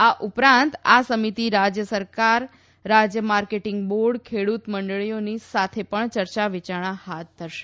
આ ઉપરાંત આ સમિતિ રાજ્ય સરકાર રાજ્ય માર્કેટિંગ બોર્ડ ખેડૂત મંડળીઓની સાથે પણ ચર્ચા વિચારણા હાથ ધરશે